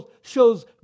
shows